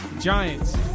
Giants